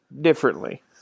differently